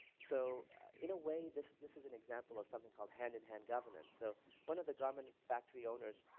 so in a way this this is an example of something called hand in hand governance so one of the garment factory owners